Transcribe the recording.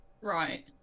Right